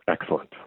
Excellent